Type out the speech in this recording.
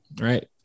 right